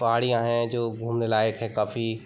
पहाड़ियाँ हैं जो घूमने लायक हैं काफ़ी